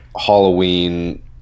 Halloween